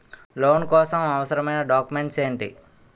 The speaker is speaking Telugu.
లోన్ కోసం అవసరమైన డాక్యుమెంట్స్ ఎంటి?